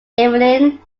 evening